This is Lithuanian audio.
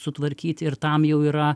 sutvarkyti ir tam jau yra